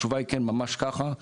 התשובה היא כן, ממש ככה.